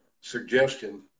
suggestion